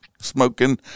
Smoking